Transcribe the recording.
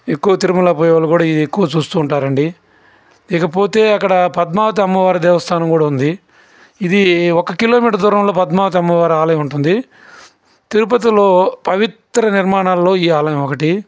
ఎక్కువ తిరుమల పోయేవాళ్ళు కూడా ఇవి ఎక్కువ చూస్తు ఉంటారండి ఇకపోతే అక్కడ పద్మావతి అమ్మవారి దేవస్థానం కూడా ఉంది ఇది ఒక కిలోమీటరు దూరంలో పద్మావతి అమ్మవారి ఆలయం ఉంటుంది తిరుపతిలో పవిత్ర నిర్మాణాలలో ఈ ఆలయం ఒకటి